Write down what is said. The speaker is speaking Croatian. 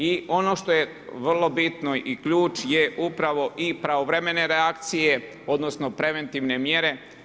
I ono što je vrlo bitno i ključ je upravo i pravovremene reakcije, odnosno preventivne mjere.